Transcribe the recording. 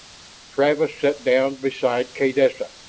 travis sat down beside kaydessa.